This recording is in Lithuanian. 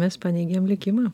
mes paneigiam likimą